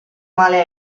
male